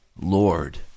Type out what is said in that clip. Lord